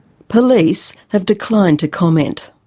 police have declined to comment.